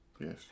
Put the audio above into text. Yes